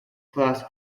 class